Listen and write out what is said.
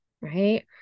Right